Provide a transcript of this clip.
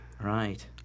Right